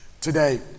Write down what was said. today